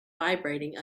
vibrating